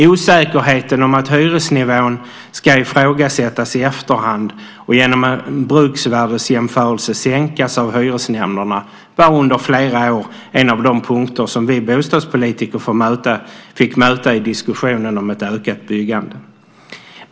Osäkerheten om att hyresnivån ska ifrågasättas i efterhand och genom bruksvärdesjämförelse sänkas av hyresnämnderna var under flera år en av de punkter som vi bostadspolitiker fick möta i diskussionen om ett ökat byggande.